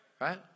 right